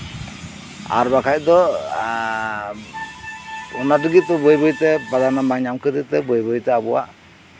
ᱟᱨ ᱵᱟᱠᱷᱟᱡ ᱫᱚ ᱚᱱᱟ ᱛᱮᱜᱮ ᱛᱚ ᱯᱨᱟᱫᱷᱟᱱᱱᱚ ᱵᱟᱝ ᱵᱟᱹᱭ ᱵᱟᱹᱭ ᱛᱮ ᱟᱵᱚᱣᱟᱜ